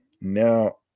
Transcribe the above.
now